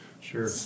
Sure